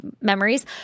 memories